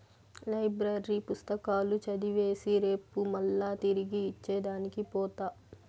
library పుస్తకాలు చదివేసి రేపు మల్లా తిరిగి ఇచ్చే దానికి పోత